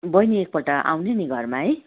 बैनी एकपल्ट आउनु नि घरमा है